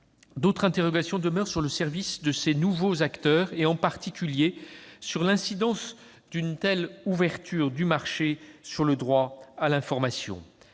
D'autres interrogations demeurent sur le service rendu par ces nouveaux acteurs, et, en particulier, sur l'incidence d'une telle ouverture du marché sur le droit à l'information.